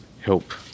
help